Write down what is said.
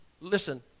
listen